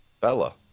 Bella